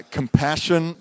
compassion